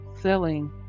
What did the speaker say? selling